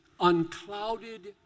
unclouded